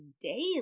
daily